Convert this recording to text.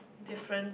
difference